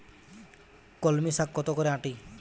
কলমি শাখ কত করে আঁটি?